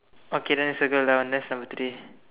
okay then you circle that one that's number three